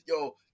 yo